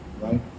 right